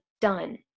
done